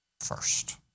first